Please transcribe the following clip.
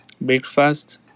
breakfast